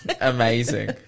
Amazing